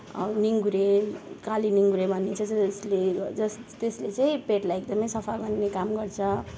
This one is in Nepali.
निँगुरो काली निँगुरो भनिन्छ जसले जस त्यसले चाहिँ पेटलाई एकदमै सफा गर्ने काम गर्छ